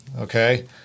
Okay